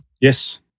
Yes